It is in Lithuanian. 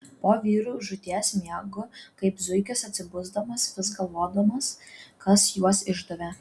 po vyrų žūties miegu kaip zuikis atsibusdamas vis galvodamas kas juos išdavė